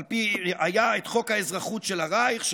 היה חוק האזרחות של הרייך,